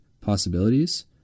possibilities